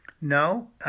no